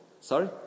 sorry